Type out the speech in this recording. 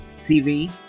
TV